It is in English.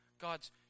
God's